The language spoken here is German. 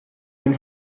den